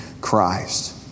Christ